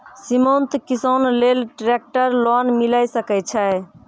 सीमांत किसान लेल ट्रेक्टर लोन मिलै सकय छै?